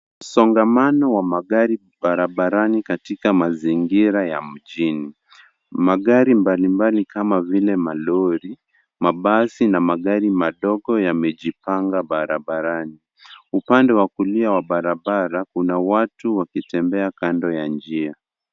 Msongamano wa magari barabarani, Katika mazingira ya mjini . Magari mbali mbali kama vile malori, mabasi, na magari madogo yamejipanga barabarani .upande wa kulia wa barabara Kuna watu wakitembea kando ya njia.